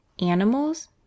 animals